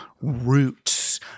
roots